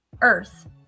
earth